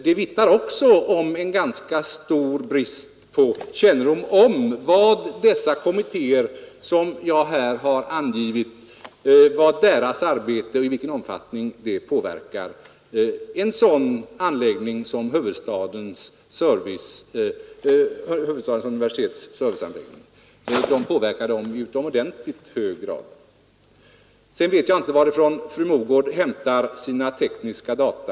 Det tyder också på ganska stor okunnighet om de kommittéers arbete som jag här angivit och i vilken omfattning det påverkar serviceanläggningen vid huvudstadens universitet. Sedan vet jag inte varifrån fru Mogård hämtar sina tekniska data.